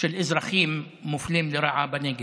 של אזרחים מופלים לרעה בנגב.